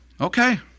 okay